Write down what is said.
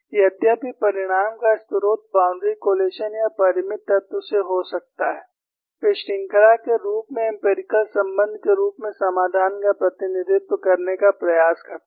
यद्यपि परिणाम का स्रोत बाउंड्री कोल्लोकेशन या परिमित तत्व से हो सकता है वे श्रृंखला के रूप में एम्पिरिकल संबंध के रूप में समाधान का प्रतिनिधित्व करने का प्रयास करते हैं